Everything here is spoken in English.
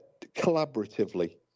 collaboratively